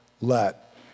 let